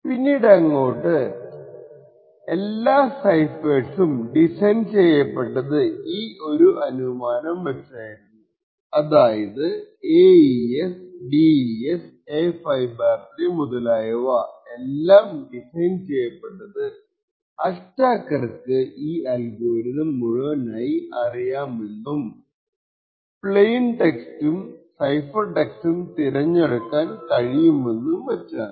പിന്നീടങ്ങോട്ട് എല്ലാ സൈഫർ സും ഡിസൈൻ ചെയ്യപ്പെട്ടത് ഈയൊരു അനുമാനം വച്ചായിരുന്നു അതായത് AES DES A53 മുതലായ എല്ലാം ഡിസൈൻ ചെയ്യപ്പെട്ടത് അറ്റാക്കർക്കു ഈ അൽഗോരിതം മുഴുവനായി അറിയാമെന്നും പ്ലെയിൻ ടെക്സ്റ്റും സൈഫർ ടെക്സ്റ്റും തിരഞ്ഞെടുക്കാൻ കഴിയുമെന്നും വച്ചാണ്